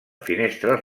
finestres